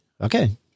Okay